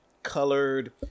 colored